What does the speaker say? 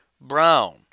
Brown